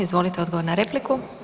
Izvolite odgovor na repliku.